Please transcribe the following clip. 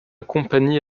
compagnie